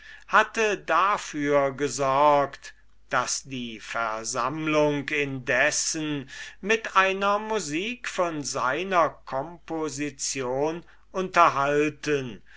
hatte dafür gesorgt daß die versammlung indessen mit einer musik von seiner composition unterhalten